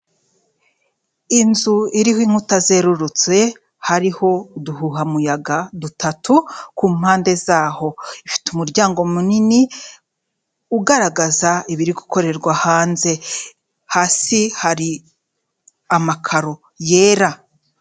Inzu iriho inkuta zerurutse, hariho uduhuhamuyaga dutatu ku mpande zaho, ifite umuryango munini ugaragaza ibiri gukorerwa hanze, hasi hari amakaro yera.